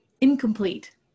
Incomplete